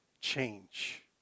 Change